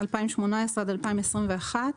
2018 עד 2021,